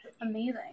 Amazing